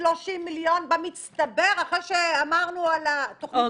30 מיליון במצטבר אחרי שאמרנו על התכנית,